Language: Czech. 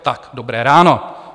Tak dobré ráno.